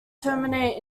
terminate